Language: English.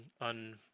on